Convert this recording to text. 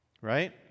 right